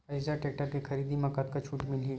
Eicher tractor के खरीदी म कतका छूट मिलही?